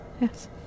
yes